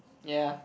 ya